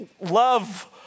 love